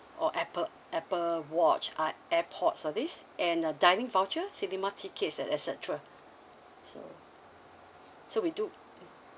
or Apple Apple watch ah airpods all these and a dining voucher cinemas tickets and et cetera so so we do